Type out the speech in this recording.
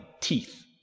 teeth